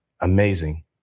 amazing